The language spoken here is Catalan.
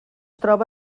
troba